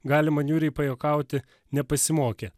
galima niūriai pajuokauti nepasimokė